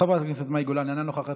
חברת הכנסת מאי גולן, אינה נוכחת,